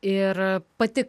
ir pati